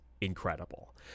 incredible